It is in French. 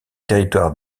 territoire